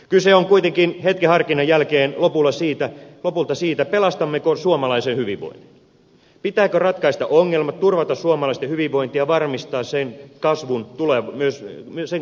kyse on kuitenkin hetken harkinnan jälkeen lopulta siitä pelastammeko suomalaisen hyvinvoinnin pitääkö ratkaista ongelmat turvata suomalaisten hyvinvointi ja varmistaa sen kasvu myös tulevaisuudessa